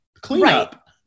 cleanup